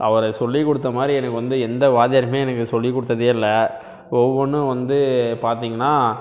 அவரை சொல்லி கொடுத்த மாதிரி எனக்கு வந்து எந்த வாத்தியாருமே எனக்கு சொல்லி கொடுத்ததே இல்லை ஒவ்வொன்றும் வந்து பார்த்திங்ன்னா